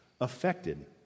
affected